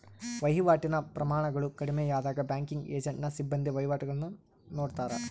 ವಹಿವಾಟಿನ ಪ್ರಮಾಣಗಳು ಕಡಿಮೆಯಾದಾಗ ಬ್ಯಾಂಕಿಂಗ್ ಏಜೆಂಟ್ನ ಸಿಬ್ಬಂದಿ ವಹಿವಾಟುಗುಳ್ನ ನಡತ್ತಾರ